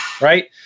right